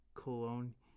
cologne